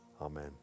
amen